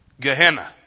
Gehenna